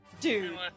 Dude